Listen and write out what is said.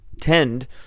tend